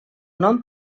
nom